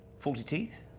forty teeth,